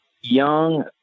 young